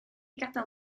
gadael